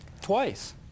twice